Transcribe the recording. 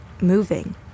moving